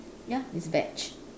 ya it's veg